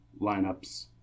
lineups